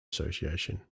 association